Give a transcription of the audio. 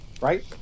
right